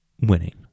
winning